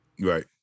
Right